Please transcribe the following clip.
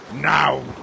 Now